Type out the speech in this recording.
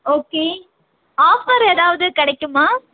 okay offer எதாவது கிடைக்குமா